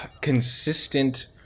consistent